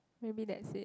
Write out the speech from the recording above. maybe that's it